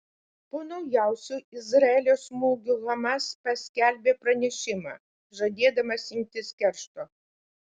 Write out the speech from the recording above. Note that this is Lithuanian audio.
po naujausių izraelio smūgių hamas paskelbė pranešimą žadėdamas imtis keršto